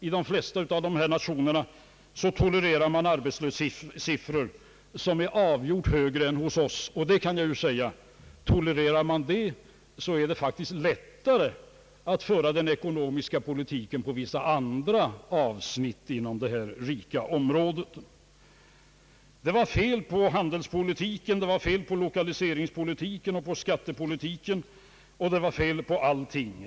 I de flesta av dessa länder tolereras arbetslöshetssiffror, som är avsevärt högre än hos oss. Och jag kan tilllägga, att tolererar man det, så är det faktiskt lättare att föra den ekonomiska politiken på vissa andra avsnitt. Det var fel på handelspolitiken, på lokaliseringspolitiken och på skattepolitiken, säger man. Det var fel på allting!